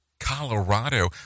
Colorado